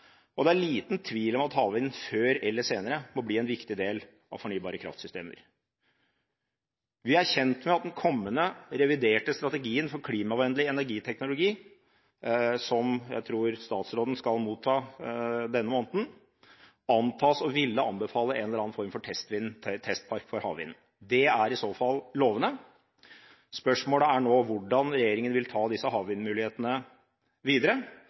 og det er liten tvil om at havvind før eller senere må bli en viktig del av fornybare kraftsystemer. Vi er kjent med at den kommende reviderte strategien for klimavennlig energiteknologi, som jeg tror statsråden skal motta denne måneden, antas å ville anbefale en eller annen form for testpark for havvind. Det er i så fall lovende. Spørsmålet er nå hvordan regjeringen vil ta disse havvindmulighetene videre,